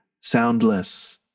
soundless